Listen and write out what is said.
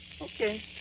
Okay